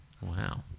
Wow